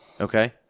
Okay